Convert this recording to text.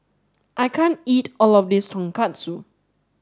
I can't eat all of this Tonkatsu